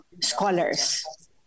scholars